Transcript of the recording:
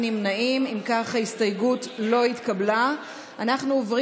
טאהא, עופר